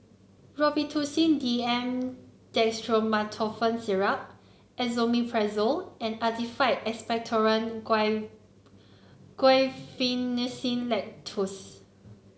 Robitussin D M Dextromethorphan Syrup Esomeprazole and Actified Expectorant Guaiphenesin Linctus